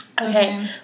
Okay